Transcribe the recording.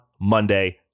Monday